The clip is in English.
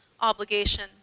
obligation